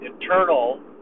internal